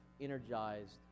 energized